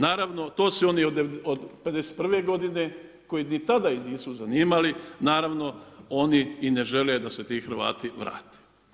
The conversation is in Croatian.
Naravno to su oni od 51. godine koji ni tada ih nisu zanimali naravno oni i ne žele da se ti Hrvati vrate.